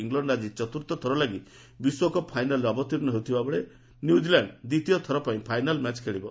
England ଆଜି ଚତ୍ର୍ଥଥର ଲାଗି ବିଶ୍ୱକପ୍ ଫାଇନାଲ୍ରେ ଅବତୀର୍ଷ ହେଉଥିବାବେଳେ ନ୍ୟୁଜିଲାଣ୍ଡ୍ ଦ୍ୱିତୀୟ ଥରପାଇଁ ଫାଇନାଲ୍ ମ୍ୟାଚ୍ ଖେଳିବ